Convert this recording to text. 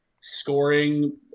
scoring